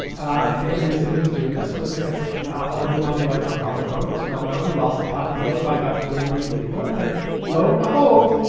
i think the reason he was doing this was because although he won the electoral college vote, as we all know, he lost the popular vote by about three million people. and lo and behold,